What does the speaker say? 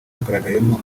hagaragayemo